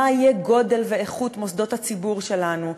מה יהיה גודל ואיכות מוסדות הציבור שלנו,